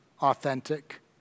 authentic